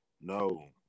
No